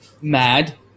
Mad